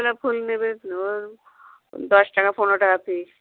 গোপাল ফুল নেবে দশ টাকা পনেরো টাকা পিস